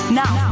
now